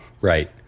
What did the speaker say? Right